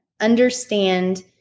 Understand